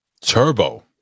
Turbo